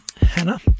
Hannah